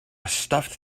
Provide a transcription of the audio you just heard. stuffed